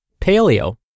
paleo